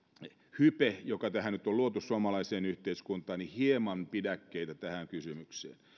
hypeen joka nyt on luotu suomalaiseen yhteiskuntaan hieman pidäkkeitä tähän kysymykseen